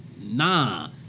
nah